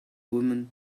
woman